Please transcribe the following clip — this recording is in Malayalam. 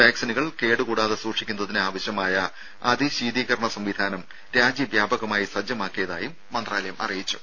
വാക്സിനുകൾ കേടുകൂടാതെ സൂക്ഷിക്കുന്നതിന് ആവശ്യമായ അതിശീതീകരണ സംവിധാനം രാജ്യവ്യാപകമായി സജ്ജമാക്കിയതായും മന്ത്രാലയം അറിയിച്ചു